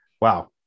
Wow